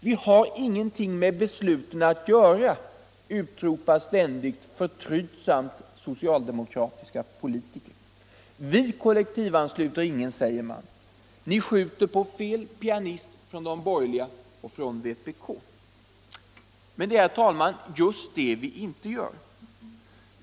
Vi har ingenting med besluten att göra, utropar ständigt socialdemokratiska politiker förtrytsamt. Vi kollektivansluter inga, säger man, ni skjuter på fel pianist från de borgerligas håll och från vpk. Men det är just det vi inte gör.